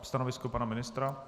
Stanovisko pana ministra?